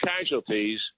casualties